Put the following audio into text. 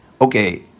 okay